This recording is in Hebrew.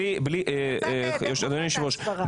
אדוני היושב-ראש,